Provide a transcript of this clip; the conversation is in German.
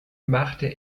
machte